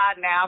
now